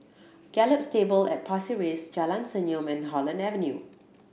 Gallop Stables at Pasir Ris Jalan Senyum and Holland Avenue